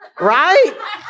Right